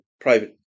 private